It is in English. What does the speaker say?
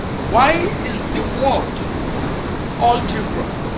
why is the word algebra